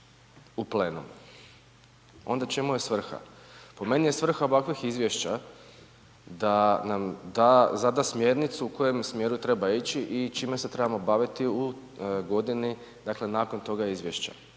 u plenumu? Onda u čemu je svrha? Po meni je svrha ovakvih izvješća da nam da, zada smjernicu u kojem smjeru treba ići i čime se trebamo baviti u godini dakle nakon toga izvješća.